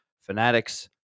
fanatics